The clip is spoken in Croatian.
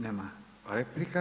Nema replika.